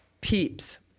peeps